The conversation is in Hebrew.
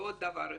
ועוד דבר אחד: